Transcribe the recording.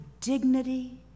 dignity